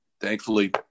thankfully